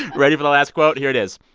ready for the last quote? here it is.